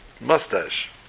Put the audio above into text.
mustache